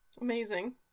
Amazing